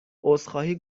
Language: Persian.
عذرخواهی